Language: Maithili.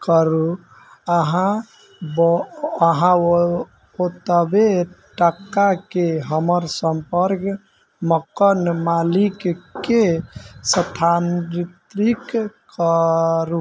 करू अहाँ बऽ अहाँ ओतबे टाकाके हमर सम्पर्ग मकान मालिकके स्थानान्तरित करू